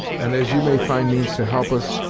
and, as you may find means to help us,